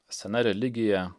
sena religija